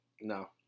No